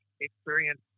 experience